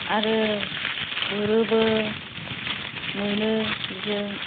आरो गुरोबो मोनो बिजों